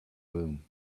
room